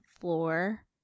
floor